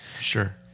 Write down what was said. Sure